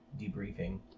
debriefing